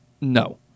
no